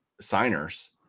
signers